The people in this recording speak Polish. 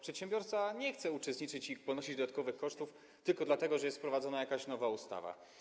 Przedsiębiorca nie chce w tym uczestniczyć i ponosić dodatkowych kosztów tylko dlatego, że jest wprowadzana jakaś nowa ustawa.